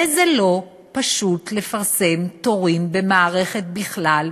וזה לא פשוט לפרסם תורים במערכת בכלל,